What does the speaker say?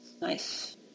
Nice